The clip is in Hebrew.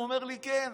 הוא אומר לי: כן.